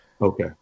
Okay